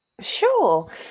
sure